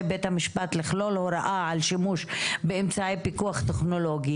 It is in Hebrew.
בית המשפט לכלול הוראה על שימוש באמצעי פיקוח טכנולוגי,